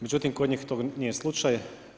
Međutim, kod njih to nije slučaj.